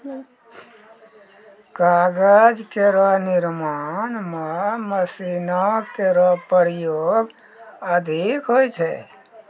कागज केरो निर्माण म मशीनो केरो प्रयोग अधिक होय छै